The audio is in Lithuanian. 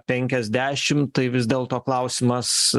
penkiasdešimt tai vis dėlto klausimas